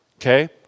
Okay